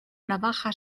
navaja